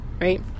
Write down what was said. right